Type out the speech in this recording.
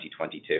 2022